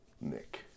Nick